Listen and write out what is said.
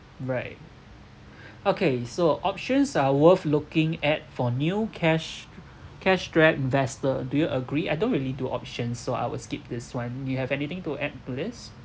right okay so options are worth looking at for new cash cash strapped investor do you agree I don't really do option so I will skip this one you have anything to add to this